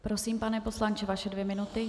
Prosím, pane poslanče, vaše dvě minuty.